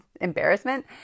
embarrassment